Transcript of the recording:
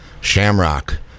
Shamrock